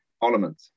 parliament